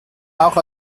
auch